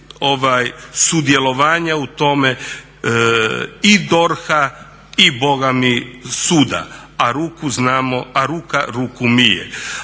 sudjelovanja u tome i DORH-a i boga mi suda, a ruku znamo, a ruka ruku mije.